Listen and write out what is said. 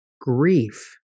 grief